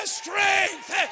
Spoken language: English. strength